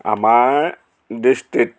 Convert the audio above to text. আমাৰ দৃষ্টিত